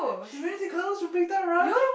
he married the girls from Big-Time-Rush